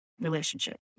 relationship